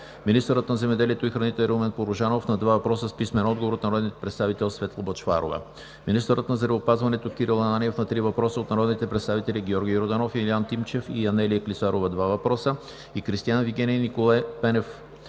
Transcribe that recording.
министърът на земеделието, храните и горите Румен Порожанов на два въпроса от народния представител Светла Бъчварова; - министърът на здравеопазването Кирил Ананиев на три въпроса от народните представители Георги Йорданов, Илиян Тимчев и Анелия Клисарова – два въпроса, Кристиан Вигенин и Николай Пенев,